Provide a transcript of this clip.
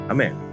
Amen